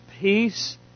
peace